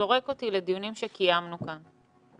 זורק אותי לדיונים שקיימנו כאן.